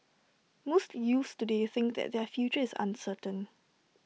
most youths today think that their future is uncertain